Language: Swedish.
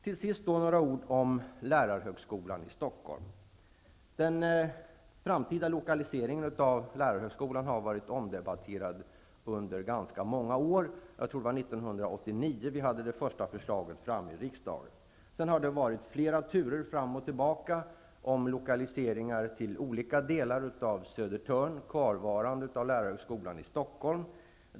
Till sist några ord om lärarhögskolan i Stockholm. Den framtida lokaliseringen av lärarhögskolan har varit omdebatterad under ganska många år. Jag tror att det var 1989 som vi hade det första förslaget framme i riksdagen. Sedan har det varit flera turer fram och tillbaka om lokaliseringar till olika delar av Södertörn eller lärarhögskolans kvarvarande i Stockholm.